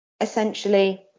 essentially